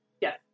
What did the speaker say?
Yes